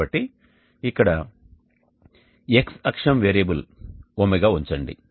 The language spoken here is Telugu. కాబట్టి ఇక్కడ X అక్షం వేరియబుల్ ఒమేగాω ఉంచండి